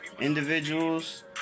individuals